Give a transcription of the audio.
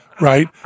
Right